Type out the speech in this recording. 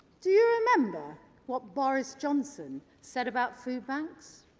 do you remember what boris johnson said about food banks?